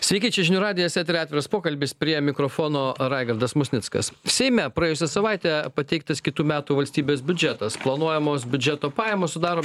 sveiki čia žinių radijas eteryje atviras pokalbis prie mikrofono raigardas musnickas seime praėjusią savaitę pateiktas kitų metų valstybės biudžetas planuojamos biudžeto pajamos sudaro